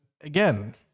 again